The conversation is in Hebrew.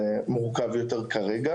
זה מורכב יותר כרגע,